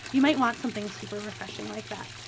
you might want something super refreshing like that.